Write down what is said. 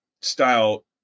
style